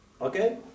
okay